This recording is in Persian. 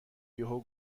یهو